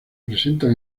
presentan